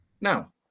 Now